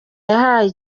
yahaye